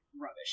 rubbish